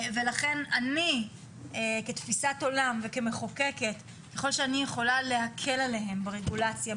ולכן אני כתפיסת עולם וכמחוקקת ככל שאני יכולה להקל עליהם ברגולציה,